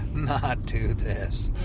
not do this,